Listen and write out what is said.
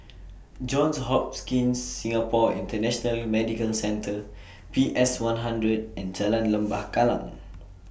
Johns Hopkins Singapore International Medical Centre P S one hundred and Jalan Lembah Kallang